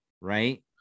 right